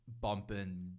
bumping